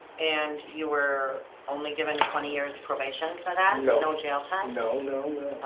and you were only given twenty years probation for that? and no no jail time? no, no,